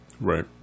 Right